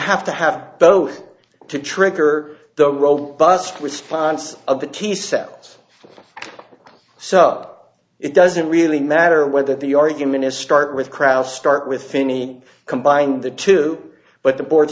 have to have both to trigger the robust response of the t cells so it doesn't really matter whether the argument is start with krauss start with finney combine the two but the board